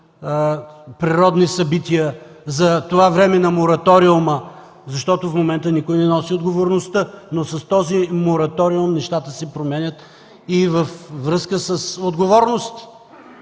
или природни събития за това време на мораториума, защото в момента никой не носи отговорността, но с този мораториум нещата се променят и във връзка с отговорности.